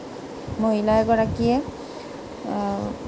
মহিলা এগৰাকীয়ে